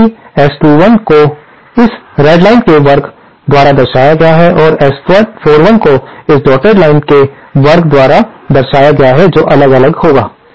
हालाँकि S21 को इस रेड लाइन के वर्ग द्वारा दर्शाया गया है और S41 को इस डॉटेड लाइन के वर्ग द्वारा दर्शाया गया जो अलग अलग होगा